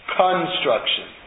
construction